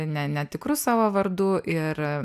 ne netikru savo vardu ir